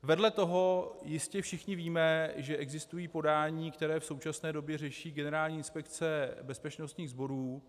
Vedle toho jistě všichni víme, že existují podání, která v současné době řeší Generální inspekce bezpečnostních sborů.